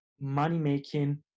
money-making